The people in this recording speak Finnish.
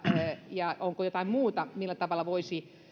onko jotain muuta millä tavalla voitaisiin